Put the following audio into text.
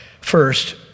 First